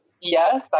yes